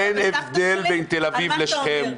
אין הבדל בין תל אביב לשכם,